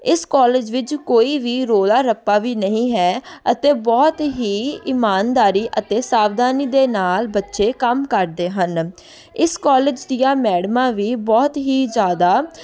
ਇਸ ਕਾਲਜ ਵਿੱਚ ਕੋਈ ਵੀ ਰੋਲਾ ਰੱਪਾ ਵੀ ਨਹੀਂ ਹੈ ਅਤੇ ਬਹੁਤ ਹੀ ਇਮਾਨਦਾਰੀ ਅਤੇ ਸਾਵਧਾਨੀ ਦੇ ਨਾਲ ਬੱਚੇ ਕੰਮ ਕਰਦੇ ਹਨ ਇਸ ਕਾਲਜ ਦੀਆਂ ਮੈਡਮਾਂ ਵੀ ਬਹੁਤ ਹੀ ਜ਼ਿਆਦਾ